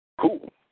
Cool